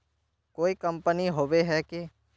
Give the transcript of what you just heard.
कोई कंपनी होबे है की?